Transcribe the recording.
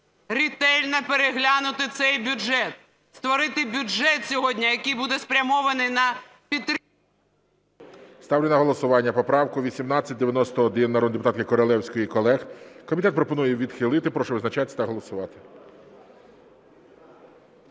ретельно переглянути цей бюджет. Створити бюджет сьогодні, який буде спрямований на підтримку… ГОЛОВУЮЧИЙ. Ставлю на голосування поправку 1891 народної депутатки Королевської і колег. Комітет пропонує її відхилити. Прошу визначатись та голосувати.